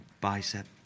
bicep